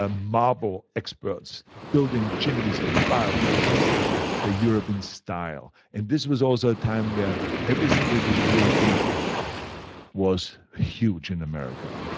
ah marble experts, building chimneys and fireplaces the european style. and this was also a time where everything that was european was huge in america,